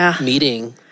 meeting